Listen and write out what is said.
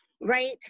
right